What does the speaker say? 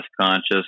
conscious